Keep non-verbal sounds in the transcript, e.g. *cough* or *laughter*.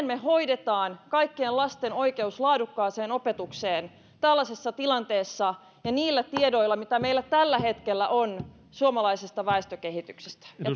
*unintelligible* me hoidamme kaikkien lasten oikeuden laadukkaaseen opetukseen tällaisessa tilanteessa ja niillä tiedoilla mitä meillä tällä hetkellä on suomalaisesta väestökehityksestä